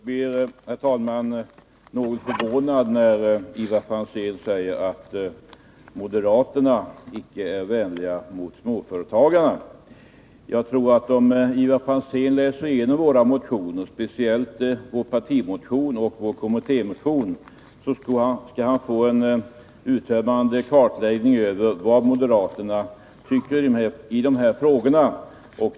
Herr talman! Jag blev något förvånad när Ivar Franzén säger att moderaterna icke är vänliga mot småföretagarna. Om Ivar Franzén läser igenom våra motioner — speciellt vår partimotion och vår kommittémotion — kommer han att få en uttömmande kartläggning beträffande vad moderaterna tycker i dessa frågor.